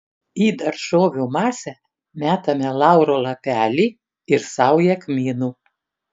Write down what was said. į daržovių masę metame lauro lapelį ir saują kmynų